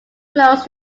close